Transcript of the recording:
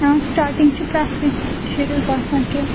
آ سِٹارٹِنٛگ چھِ پرٛٮ۪تھ کٲنٛسہِ شُرِس باسان کہِ